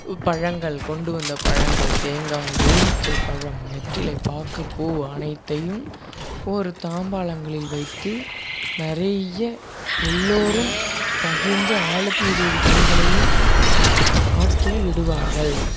பழங்கள் கொண்டு வந்த பழங்கள் தேங்காய் எலுமிச்சை பழம் வெற்றிலை பாக்கு பூ அனைத்தையும் ஒரு தாம்பாளங்களில் வைத்து நிறைய எல்லோரும் பகிர்ந்து ஆளுக்கு இரு இரு கனிகளையும் ஆற்றில் விடுவார்கள்